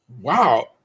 Wow